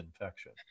infection